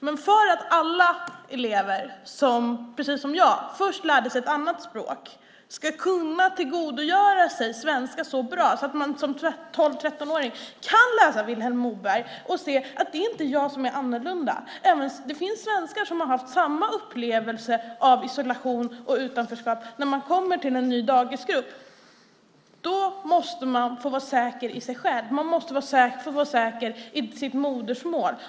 Men för att alla elever som, precis som jag, först lärt sig ett annat språk ska kunna tillgodogöra sig svenska så bra att de som 12-13-åringar kan läsa Vilhelm Moberg och se att det inte är de som är annorlunda - det finns svenskar som har haft samma upplevelse av isolation och utanförskap som när man kommer till en ny dagisgrupp - måste de få vara säkra i sig själva. De måste få vara säkra i sitt modersmål.